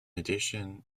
addition